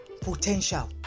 potential